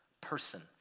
person